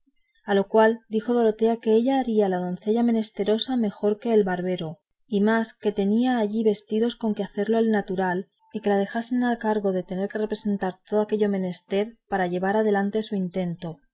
a lo cual dijo dorotea que ella haría la doncella menesterosa mejor que el barbero y más que tenía allí vestidos con que hacerlo al natural y que la dejasen el cargo de saber representar todo aquello que fuese menester para llevar adelante su intento